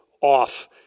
off